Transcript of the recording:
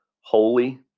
Holy